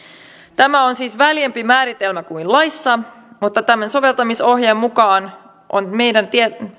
tämä on siis väljempi määritelmä kuin laissa mutta tämän soveltamisohjeen mukaan on